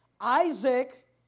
Isaac